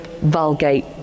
vulgate